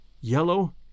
yellow